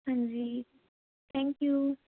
ਹਾਂਜੀ thank you